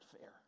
fair